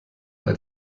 hat